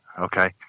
okay